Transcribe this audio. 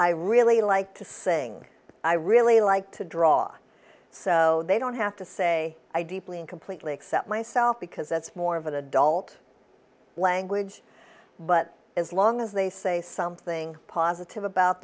i really like to sing i really like to draw so they don't have to say i deeply and completely accept myself because that's more of an adult language but as long as they say something positive about